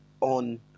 on